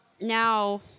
now